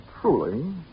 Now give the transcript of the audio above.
truly